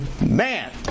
Man